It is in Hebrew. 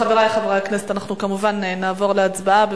חברי חברי הכנסת, אנחנו, כמובן, נעבור להצבעה.